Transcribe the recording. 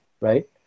right